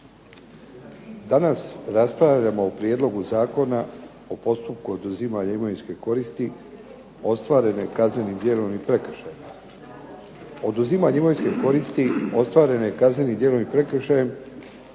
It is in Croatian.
Danas raspravljamo o Prijedlogu zakona o postupku oduzimanja imovinske koristi ostvarene kaznenim djelom i prekršajima. Oduzimanje imovinske koristi ostvarene kaznenim djelom i prekršajem